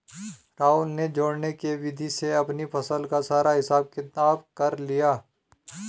राहुल ने जोड़ने की विधि से अपनी फसल का सारा हिसाब किताब कर लिया